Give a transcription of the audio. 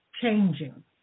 changing